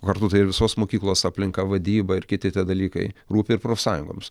kartu tai ir visos mokyklos aplinka vadyba ir kiti dalykai rūpi ir profsąjungoms